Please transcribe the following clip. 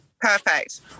Perfect